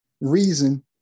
reason